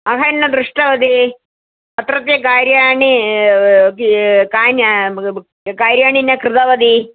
अहं न दृष्टवती अत्रत्य कार्याणि कानि कार्याणि न कृतवती